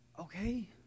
Okay